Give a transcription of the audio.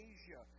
Asia